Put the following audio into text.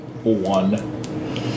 one